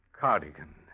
cardigan